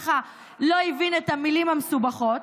למי שלא הבין את המילים המסובכות?